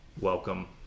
welcome